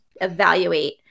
evaluate